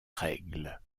règle